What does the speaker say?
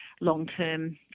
long-term